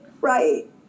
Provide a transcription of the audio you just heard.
right